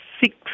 six